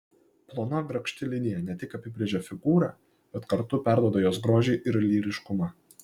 plona grakšti linija ne tik apibrėžia figūrą bet kartu perduoda jos grožį ir lyriškumą